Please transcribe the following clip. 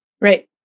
Right